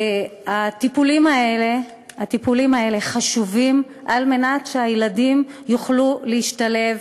הטיפולים האלה חשובים על מנת שהילדים יוכלו להשתלב,